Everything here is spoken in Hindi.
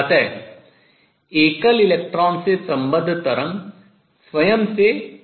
अत एकल इलेक्ट्रॉन से सम्बद्ध तरंग स्वयं से व्यतिकरण करती है